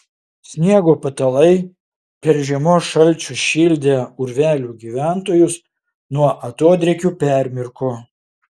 sniego patalai per žiemos šalčius šildę urvelių gyventojus nuo atodrėkių permirko